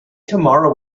tomorrow